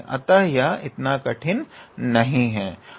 अतः यह इतना कठिन नहीं है